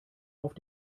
auf